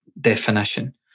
definition